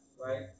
right